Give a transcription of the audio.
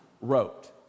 wrote